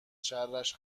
شرش